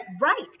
Right